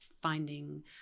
finding